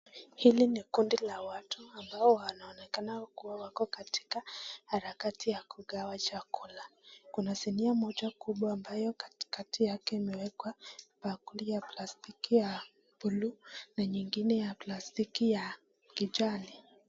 Hili ni kundi la watu ambao wanaonekana kuwa wako katika harakati ya kugawa chakula. Kuna sinia moja kumbwa ambayo katikati yake imewekwa bakuli ya plastiki ya buluu, na nyingine ya plastiki ya kijani.